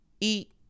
eat